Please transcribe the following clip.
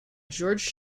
george